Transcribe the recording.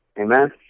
amen